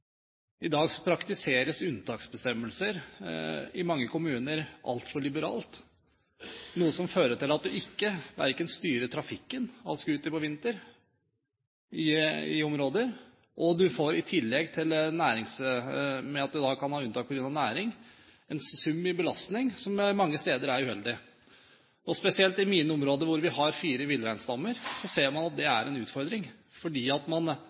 I dag praktiseres unntaksbestemmelser i mange kommuner altfor liberalt, noe som fører til at du ikke styrer trafikken av scooter på vinteren i områder, og du får i tillegg, ved at du kan ha unntak på grunn av næring, en sum i belastning som mange steder er uheldig. Spesielt i mine områder hvor vi har fire villreinstammer, ser man at det er en utfordring. Fordi man ønsker at